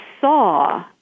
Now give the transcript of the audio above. saw